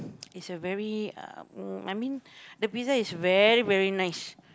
it's a very uh oh I mean the pizza is very very nice